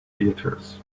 theatres